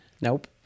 Nope